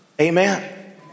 Amen